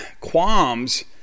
qualms